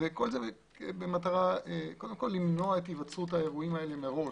- במטרה למנוע היווצרות האירועים הללו מראש.